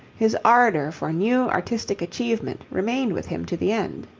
his ardour for new artistic achievement remained with him to the end.